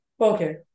Okay